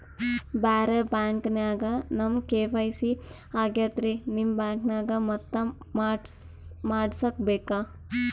ಬ್ಯಾರೆ ಬ್ಯಾಂಕ ನ್ಯಾಗ ನಮ್ ಕೆ.ವೈ.ಸಿ ಆಗೈತ್ರಿ ನಿಮ್ ಬ್ಯಾಂಕನಾಗ ಮತ್ತ ಮಾಡಸ್ ಬೇಕ?